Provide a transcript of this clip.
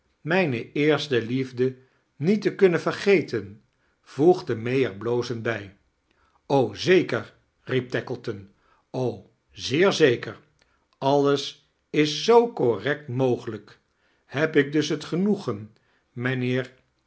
mijne eerste liefde niet te kunnemvergeten voegde may er blozend bij zeker riep teklein zeer zeker alles is zoo correct mogelijk heb ik dus het genoegem mijnheer